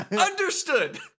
Understood